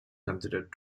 considered